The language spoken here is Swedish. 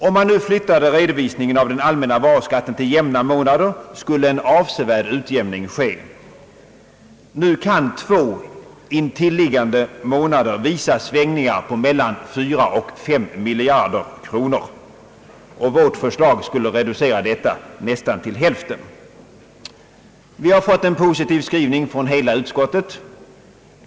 Om man flyttade redovisningen av den allmänna varuskatten till jämna månader skulle en avsevärd utjämning ske. Nu kan två intilliggande månader visa svängningar på mellan fyra och fem miljarder kronor, Vårt förslag skulle reducera dessa svängningar nästan till hälften. Vi har fått en positiv skrivning från hela utskottet.